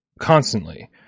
constantly